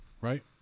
right